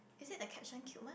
is it the caption cute mah